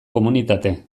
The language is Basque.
komunitate